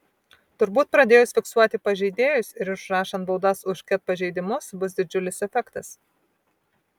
turbūt pradėjus fiksuoti pažeidėjus ir išrašant baudas už ket pažeidimus bus didžiulis efektas